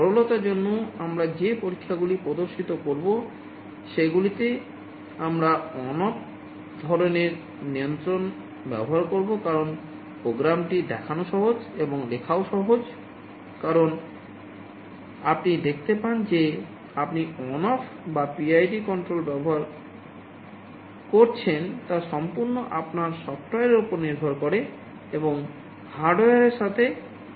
সরলতার জন্য আমরা যে পরীক্ষাগুলি প্রদর্শিত করব সেগুলিতে আমরা অন অফ এর সাথে কিছুই করার নেই